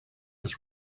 has